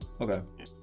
Okay